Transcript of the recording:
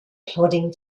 plodding